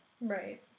Right